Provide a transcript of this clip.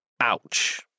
ouch